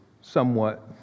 somewhat